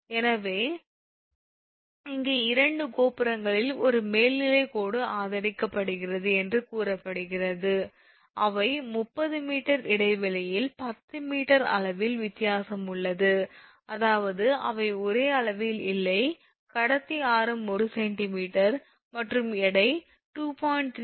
எனவே இங்கே 2 கோபுரங்களில் ஒரு மேல்நிலை கோடு ஆதரிக்கப்படுகிறது என்று கூறப்படுகிறது அவை 30 𝑚 இடைவெளியில் 10 m அளவில் வித்தியாசம் உள்ளது அதாவது அவை ஒரே அளவில் இல்லை கடத்தி ஆரம் 1 𝑐𝑚 மற்றும் எடை 2